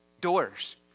Doors